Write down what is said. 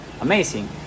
amazing